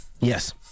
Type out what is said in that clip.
Yes